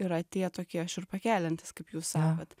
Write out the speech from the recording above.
yra tie tokie šiurpą keliantys kaip jūs sakot